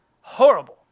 Horrible